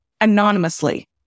anonymously